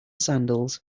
sandals